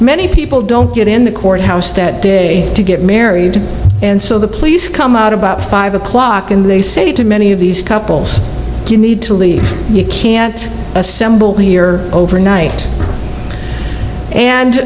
many people don't get in the courthouse that day to get married and so the police come out about five o'clock and they say to many of these couples you need to leave you can't assemble here overnight